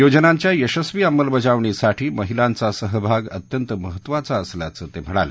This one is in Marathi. योजनांच्या यशस्वी अंमलबजावणीसाठी महिलांचा सहभाग अत्यंत महत्वाचा असल्याचं ते म्हणाले